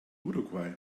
uruguay